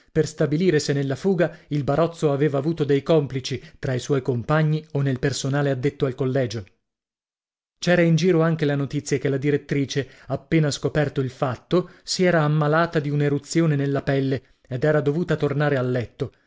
per stabilire se nella fuga il barozzo aveva avuto dei complici tra i suoi compagni o nel personale addetto al collegio c'era in giro anche la notizia che la direttrice appena scoperto il fatto si era ammalata d'un'eruzione nella pelle ed era dovuta tornare a letto